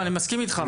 אני מסכים איתך.